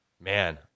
man